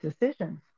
decisions